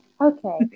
okay